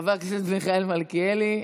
חבר הכנסת מיכאל מלכיאלי.